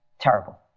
Terrible